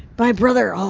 my brother, oh,